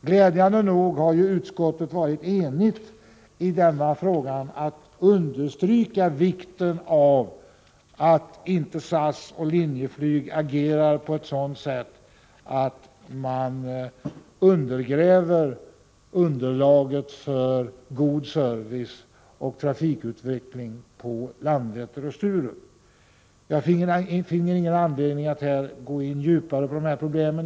Glädjande nog har utskottet varit enigt i fråga om att understryka vikten av att inte SAS och Linjeflyg agerar på ett sådant sätt att underlaget för god service och trafikutveckling på Landvetter och Sturup undergrävs. Jag finner ingen anledning att gå in djupare på dessa problem.